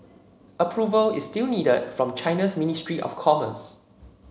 approval is still needed from China's ministry of commerce